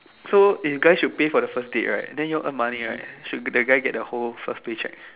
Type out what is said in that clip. so you guys should pay for the first date right then ya'll earn money right should the guy get the whole first pay cheque